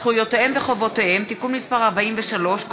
זכויותיהם וחובותיהם (תיקון מס' 43) (קובלנות),